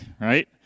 right